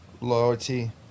loyalty